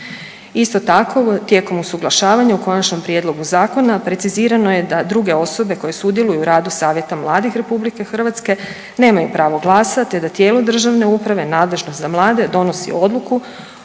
Isto tako, tijekom usuglašavanja, u konačnom prijedlogu zakona precizirano je da druge osobe koje sudjeluju u radu savjeta mladih RH nemaju pravo glasa te da tijelu državne uprave nadležne za mlade donosi odluku o osnivanju